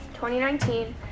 2019